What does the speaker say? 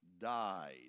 died